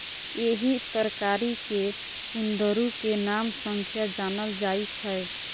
एहि तरकारी कें कुंदरू के नाम सं जानल जाइ छै